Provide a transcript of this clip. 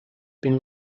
been